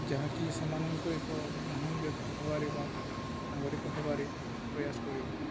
ଯାହାକି ସେମାନଙ୍କୁ ଏକ ମହାନ ବ୍ୟକ୍ତି ହେବାରେ ବା ନାଗରିକ ହେବାରେ ପ୍ରୟାସ କରିବ